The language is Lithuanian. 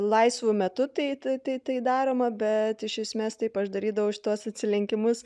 laisvu metu tai tai tai daroma bet iš esmės taip aš darydavau šituos atsilenkimus